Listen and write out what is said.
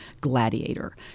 gladiator